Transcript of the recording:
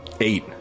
Eight